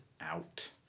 out